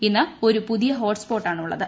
ഇന്ന് ഒരു പുതിയ ഹോട്ട് സ്പോട്ടാണുള്ളത്